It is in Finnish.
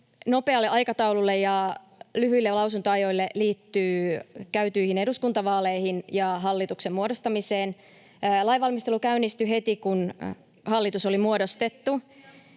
nopealle aikataululle ja lyhyille lausuntoajoille liittyy käytyihin eduskuntavaaleihin ja hallituksen muodostamiseen. Lainvalmistelu käynnistyi heti, kun hallitus oli muodostettu.